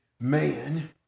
man